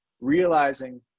realizing